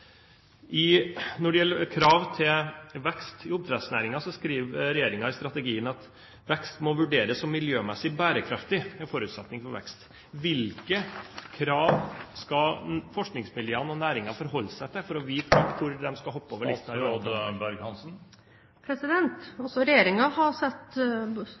Når det gjelder krav til vekst i oppdrettsnæringen, skriver regjeringen i strategien at vekst må «vurderes som miljømessig bærekraftig» – en forutsetning for vekst. Hvilke krav skal forskningsmiljøene og næringen forholde seg til for å vite hvor de skal hoppe over lista? Også regjeringen har